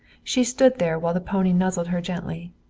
she stood there while the pony nuzzled her gently.